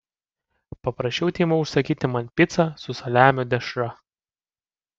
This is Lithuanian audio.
paprašiau timo užsakyti man picą su saliamio dešra